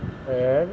and